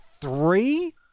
three